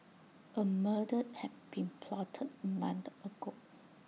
A murder had been plotted mind ago